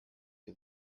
you